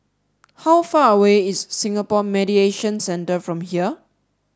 how far away is Singapore Mediation Centre from here